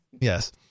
Yes